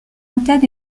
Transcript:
antenne